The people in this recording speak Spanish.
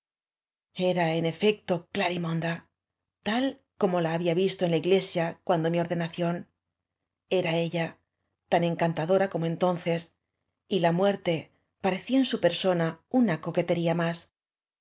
era en efecto glarimonda tal como la había visto en la iglesia cuando mi ordenación era ella tan encantadora como entonces y la muer te parecía en su persona ana coquetería más